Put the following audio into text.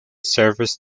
service